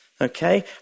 Okay